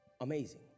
Amazing